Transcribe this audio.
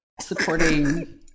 supporting